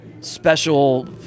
special